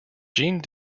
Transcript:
gene